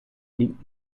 liegt